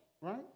Right